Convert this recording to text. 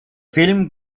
film